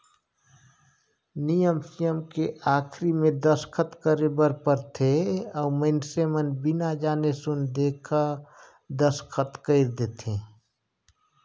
नियम सियम के आखरी मे दस्खत करे बर परथे अउ मइनसे मन बिना जाने सुन देसखत कइर देंथे